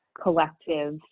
collective